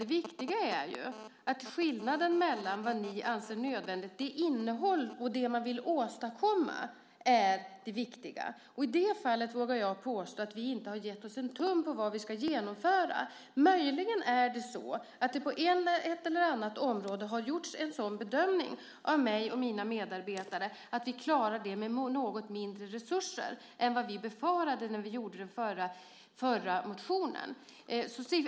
Det viktiga är skillnaden mellan vad ni anser är nödvändigt och det innehåll och det man vill åstadkomma. I det fallet vågar jag påstå att vi inte gett oss en tum när det gäller vad vi ska genomföra. Möjligen har det på ett eller annat område gjorts bedömningen av mig och mina medarbetare att vi klarar det med något mindre resurser än vad vi befarade när vi gjorde den förra motionen.